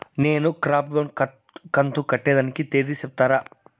నేను crop loan కంతు కట్టేదానికి తేది సెప్తారా?